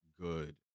good